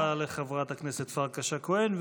תודה רבה לחברת הכנסת פרקש הכהן.